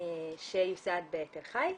שיוסד בתל חי,